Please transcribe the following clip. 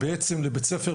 בעצם לבית הספר,